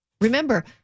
Remember